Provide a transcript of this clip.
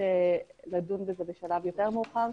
לדון בזה בשלב יותר מאוחר.